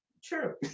True